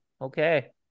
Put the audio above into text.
okay